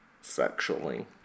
sexually